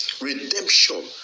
Redemption